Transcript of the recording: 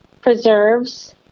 preserves